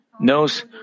Knows